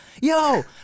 Yo